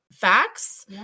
Facts